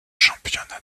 championnats